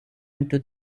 into